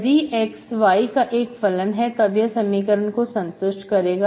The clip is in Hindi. यदि xy का एक फलन है तब यह समीकरण को संतुष्ट करेगा